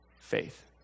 faith